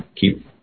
keep